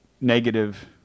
negative